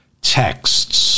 texts